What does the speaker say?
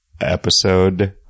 episode